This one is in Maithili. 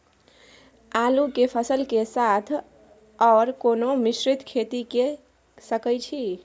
आलू के फसल के साथ आर कोनो मिश्रित खेती के सकैछि?